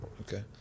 Okay